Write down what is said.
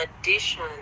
addition